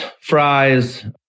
fries